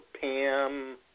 Pam